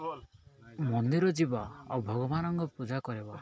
ମନ୍ଦିର ଯିବା ଆଉ ଭଗବାନଙ୍କ ପୂଜା କରିବା